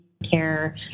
Care